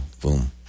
Boom